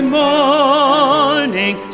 morning